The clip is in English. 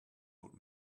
old